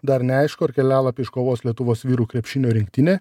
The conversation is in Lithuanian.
dar neaišku ar kelialapį iškovos lietuvos vyrų krepšinio rinktinė